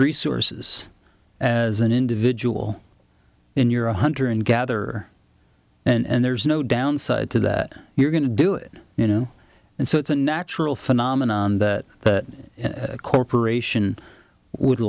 resources as an individual in your own hunter and gather and there's no downside to that you're going to do it you know and so it's a natural phenomenon that a corporation would